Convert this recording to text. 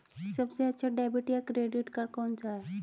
सबसे अच्छा डेबिट या क्रेडिट कार्ड कौन सा है?